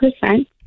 percent